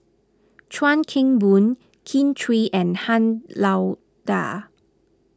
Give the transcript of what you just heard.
Chuan Keng Boon Kin Chui and Han Lao Da